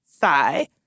Sigh